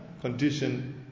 condition